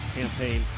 campaign